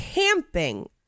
camping